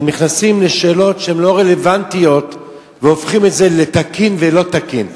שנכנסים לשאלות שהן לא רלוונטיות והופכים את זה לתקין ולא-תקין.